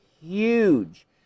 huge